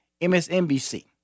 MSNBC